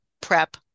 PrEP